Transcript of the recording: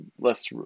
less –